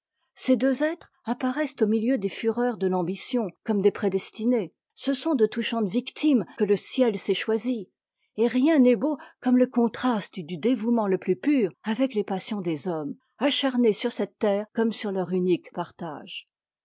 ces deux êtres apparaissent au milieu des fureurs de l'ambition comme des prédestinés ce sont de touchantes victimes que le ciel s'est choisies et rien n'est beau comme le contraste du dévouement le plus pur avec tes passions des hommes acharnés sur cette terre comme sur leur unique partage